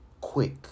quick